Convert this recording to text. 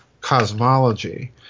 cosmology